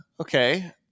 Okay